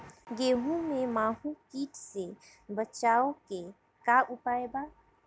गेहूँ में माहुं किट से बचाव के का उपाय बा?